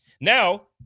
Now